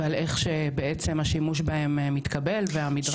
ועל איך שבעצם השימוש בהם מתקבל והמדרג.